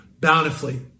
Bountifully